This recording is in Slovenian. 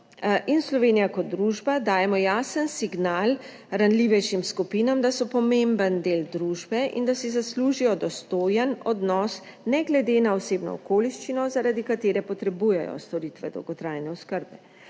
Slovenija kot družba dajemo jasen signal ranljivejšim skupinam, da so pomemben del družbe in da si zaslužijo dostojen odnos ne glede na osebno okoliščino, zaradi katere potrebujejo storitve dolgotrajne oskrbe.